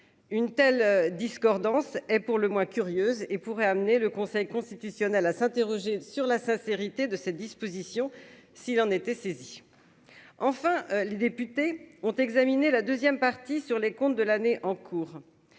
une telle discordance est pour le moins curieuse et pourrait amener le Conseil constitutionnel à s'interroger sur la sincérité de ces dispositions s'il en était saisi, enfin, les députés ont examiné la deuxième partie sur les comptes de l'année en cours